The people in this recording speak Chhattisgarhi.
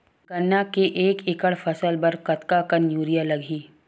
गन्ना के एक एकड़ फसल बर कतका कन यूरिया लगही?